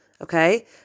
okay